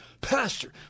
Pastor